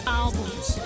albums